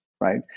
right